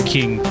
King